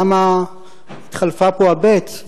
למה התחלפה פה הבי"ת?